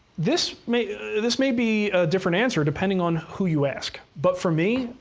this may this may be a different answer, depending on who you ask, but for me,